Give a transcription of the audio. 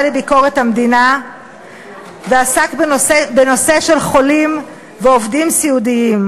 לביקורת המדינה ועסק בנושא של חולים ועובדים סיעודיים.